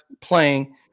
playing